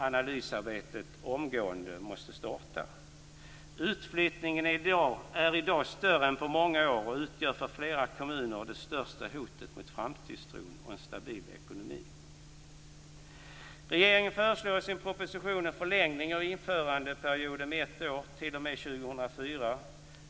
Analysarbetet måste starta omgående i det avseendet. Utflyttningen är i dag större än på många år, och den utgör för många kommuner det största hotet mot framtidstron och en stabil ekonomi. Regeringen föreslår i sin proposition en förlängning av införandeperioden med ett år, t.o.m. 2004.